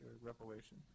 revelation